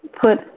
put